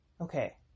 okay